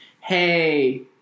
hey